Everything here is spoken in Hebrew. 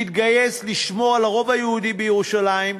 להתגייס לשמור על הרוב היהודי בירושלים,